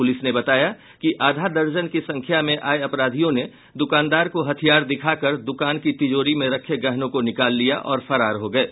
police ने बताया कि आधा दर्जन की संख्या में आये अपराधियों ने दुकानदार को हथियार दिखा कर दुकान की तिजोरी में रखे गहनों को निकाल लिया और फरार हो गये